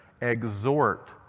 exhort